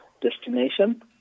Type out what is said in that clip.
destination